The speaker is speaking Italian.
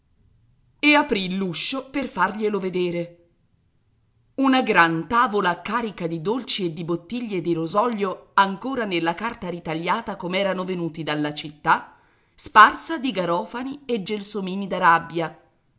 e aprì l'uscio per farglielo vedere una gran tavola carica di dolci e di bottiglie di rosolio ancora nella carta ritagliata come erano venuti dalla città sparsa di garofani e gelsomini d'arabia